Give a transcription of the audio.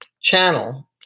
channel